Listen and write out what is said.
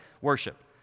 worship